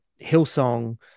Hillsong